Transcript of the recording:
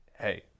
hey